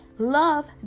love